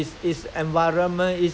so they have to try to share